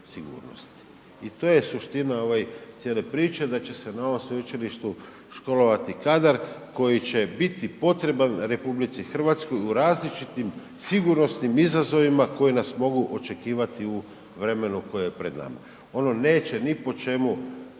I to je suština cijele priče, da će se na ovom sveučilištu školovati kadar koji će biti potreban RH u različitim sigurnosnim izazovima koji nas mogu očekivati u vremenu koje je pred nama. Ono neće ni po čemu imati